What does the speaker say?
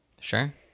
Sure